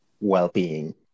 well-being